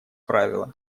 правило